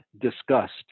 discussed